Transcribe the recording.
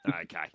Okay